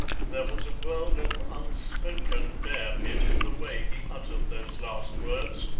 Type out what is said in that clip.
there was a world of unspoken bear-pit in the way he uttered those last words,